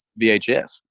VHS